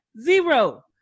Zero